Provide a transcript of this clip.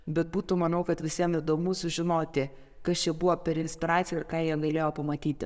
bet būtų manau kad visiem įdomu sužinoti kas čia buvo per inspiracija ir ką jie galėjo pamatyti